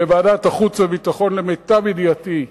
בוועדת החוץ והביטחון, למיטב ידיעתי,